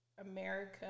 America